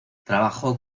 trabajó